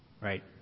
right